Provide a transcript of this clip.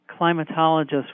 climatologists